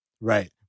Right